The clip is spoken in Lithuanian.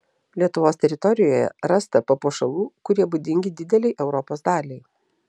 lietuvos teritorijoje rasta papuošalų kurie būdingi didelei europos daliai